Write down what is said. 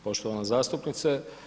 Poštovana zastupnice.